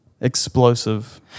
explosive